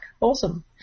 awesome